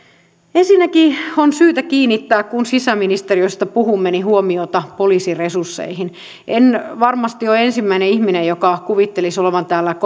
ensinnäkin on syytä kiinnittää huomiota kun sisäministeriöstä puhumme poliisin resursseihin en varmasti ole ensimmäinen ihminen joka kuvittelisi olevansa täällä